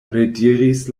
rediris